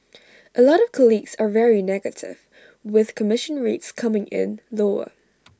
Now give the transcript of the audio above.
A lot of colleagues are very negative with commission rates coming in lower